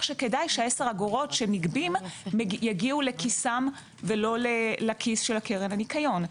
שכדאי שה-10 אגורות שנגבות יגיעו לכיסם ולא לכיס הקרן לניקיון.